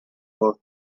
work